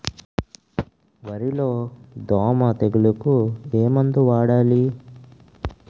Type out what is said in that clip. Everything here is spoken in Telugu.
వరిలో దోమ తెగులుకు ఏమందు వాడాలి?